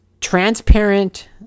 transparent